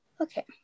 Okay